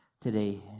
today